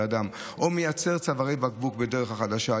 אדם או מייצר צווארי בקבוק בדרך החדשה,